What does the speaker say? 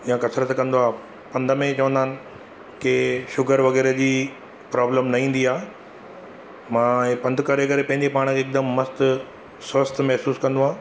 या कसरत कंदो आहियां पंध में चवंदा आहिनि के शुगर वग़ैरह जी प्रॉब्लम न ईंदी आहे मां इएं पंधु करे करे पंहिंजे पाण खे हिकदमि मस्तु स्वस्थु महसूसु कंदो आहियां